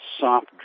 soft